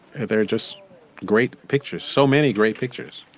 they're just great pictures. so many great pictures.